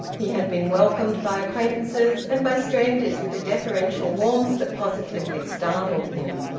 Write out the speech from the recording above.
he had been welcomed by acquaintances and by strangers with a deferential warmth that positively startled him.